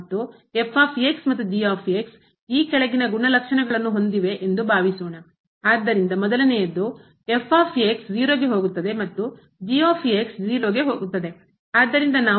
ಮತ್ತು ಮತ್ತು ಈ ಕೆಳಗಿನ ಗುಣಲಕ್ಷಣಗಳನ್ನು ಹೊಂದಿವೆ ಎಂದು ಭಾವಿಸೋಣ ಆದ್ದರಿಂದ ಮೊದಲನೆಯದ್ದು 0 ಗೆ ಹೋಗುತ್ತದೆ ಮತ್ತು 0ಗೆ ಹೋಗುತ್ತದೆ ಆದ್ದರಿಂದ ನಾವು ಈ ಮಿತಿಯನ್ನು ಇಲ್ಲಿ